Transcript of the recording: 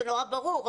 זה נורא ברור,